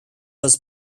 was